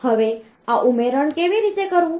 હવે આ ઉમેરણ કેવી રીતે કરવું